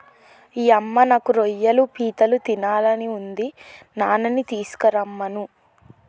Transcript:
యమ్మ నాకు రొయ్యలు పీతలు తినాలని ఉంది నాన్ననీ తీసుకురమ్మను